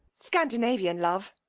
scandinavian love.